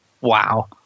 Wow